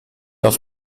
auf